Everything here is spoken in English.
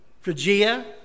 Phrygia